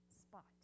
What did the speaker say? spot